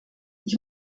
ich